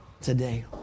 today